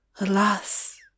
Alas